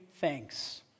thanks